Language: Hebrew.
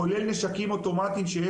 כולל נשקים אוטומטיים.